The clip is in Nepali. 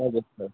हजुर सर